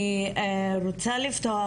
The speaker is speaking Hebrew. אני רוצה לפתוח